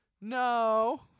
No